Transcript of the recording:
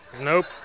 Nope